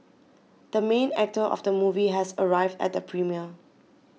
the main actor of the movie has arrived at the premiere